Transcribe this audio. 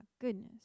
goodness